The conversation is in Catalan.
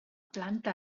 planta